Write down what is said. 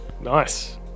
Nice